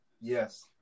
yes